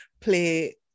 play